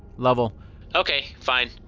lovell okay fine.